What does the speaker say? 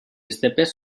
estepes